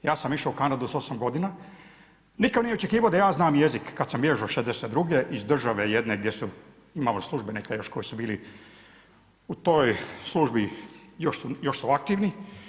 Ja sam išao u Kanadu sa 8 godina, nitko nije očekivao da ja znam jezik kada sam bježao '61. iz države jedne, imamo službenika još koji su bili u toj službi, još su aktivni.